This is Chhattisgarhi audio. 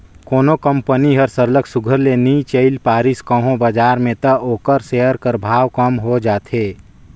कोनो कंपनी हर सरलग सुग्घर ले नी चइल पारिस कहों बजार में त ओकर सेयर कर भाव कम हो जाथे